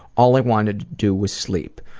all i wanted to do was sleep,